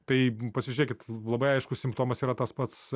tai pasižiūrėkit labai aiškus simptomas yra tas pats